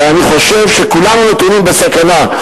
ואני חושב שכולנו נתונים בסכנה".